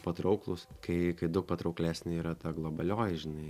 patrauklūs kai daug patrauklesnė yra ta globalioji žinai